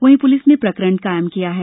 वहीं पुलिस ने प्रकरण कायम किया है